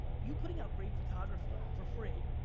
you putting out great photography, for free,